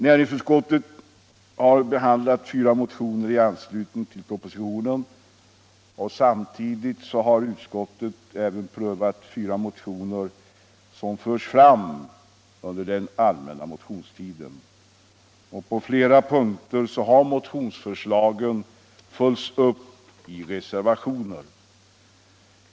Näringsutskottet har behandlat fyra motioner i anslutning till propositionen och samtidigt har utskottet även prövat fyra motioner som lagts fram under den allmänna motionstiden. På flera punkter har motionsförslagen följts upp i reservationer.